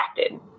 acted